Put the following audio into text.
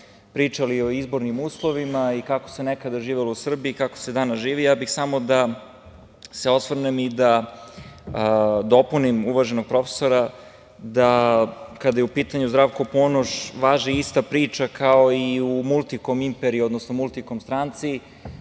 pričali o izbornim uslovima i kako se nekada živelo u Srbiji, a kako se danas živi. Samo bih da se osvrnem i da dopunim uvaženog profesora da kada je u pitanju Zdravko Ponoš važi ista priča kao i u multikom imperiji, odnosno multikom stranci.